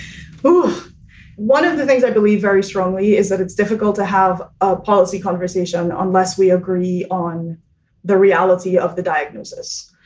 um one of the things i believe very strongly is that it's difficult to have a policy conversation unless we agree on the reality of the diagnosis.